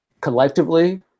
collectively